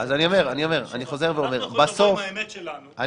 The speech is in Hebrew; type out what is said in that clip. אנחנו יכולים לבוא עם האמת שלנו.